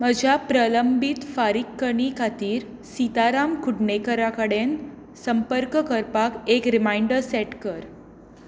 म्हज्या प्रलंबीत फारीकणी खातीर सिताराम कुडणेकरा कडेन संपर्क करपाक एक रिमांयडर सेट कर